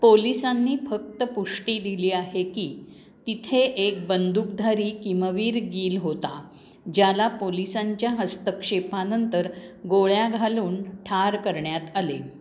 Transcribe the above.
पोलिसांनी फक्त पुष्टी दिली आहे की तिथे एक बंदूकधारी किमवीर गील होता ज्याला पोलिसांच्या हस्तक्षेपानंतर गोळ्या घालून ठार करण्यात आले